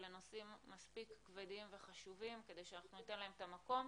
אלה נושאים מספיק כבדים וחשובים כדי שניתן להם את המקום.